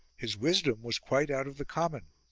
his wisdom was quite out of the common,